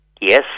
Yes